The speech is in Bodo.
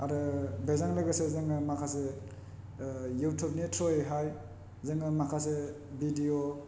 आरो बेजों लोगोसे जोङो माखासे इउटुबनि थ्रुयैहाय जोङो माखासे भिदिअ